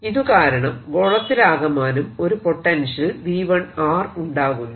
ഇതുകാരണം ഗോളത്തിലാകമാനം ഒരു potential V1 ഉണ്ടാകുന്നു